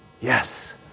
Yes